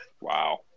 wow